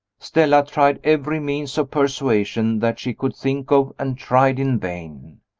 stella tried every means of persuasion that she could think of, and tried in vain.